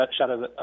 shadow